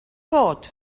bod